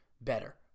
better